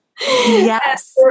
Yes